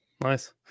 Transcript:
nice